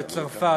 צרפת,